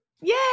Yay